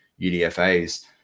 UDFAs